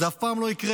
זה אף פעם לא יקרה,